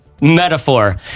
metaphor